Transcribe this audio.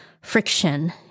friction